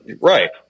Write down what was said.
right